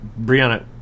Brianna